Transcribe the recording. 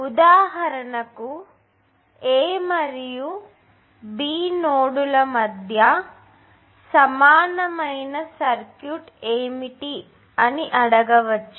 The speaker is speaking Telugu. ఉదాహరణకు A మరియు B నోడ్ల మధ్య సమానమైన సర్క్యూట్ ఏమిటో అడగవచ్చు